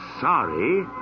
sorry